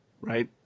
right